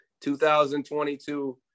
2022